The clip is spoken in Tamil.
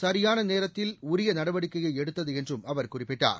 சரியான நேரத்தில் உரிய நடவடிக்கையை எடுத்தது என்றும் அவர் குறிப்பிட்டார்